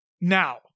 Now